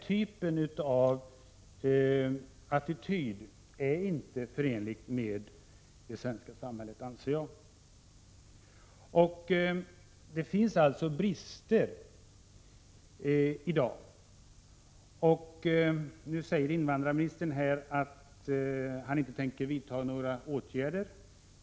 Dessa attityder är inte förenliga med det svenska samhällets värderingar. Det finns alltså brister i dag, men nu säger invandrarministern att han inte tänker vidta några åtgärder.